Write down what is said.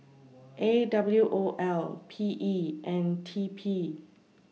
A W O L P E and T P